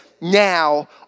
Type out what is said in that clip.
now